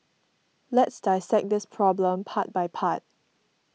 let's dissect this problem part by part